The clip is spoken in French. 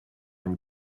une